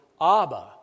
Abba